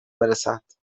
برسد